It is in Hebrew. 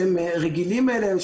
שהם רגילים אליהם,